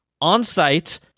on-site